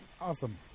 Awesome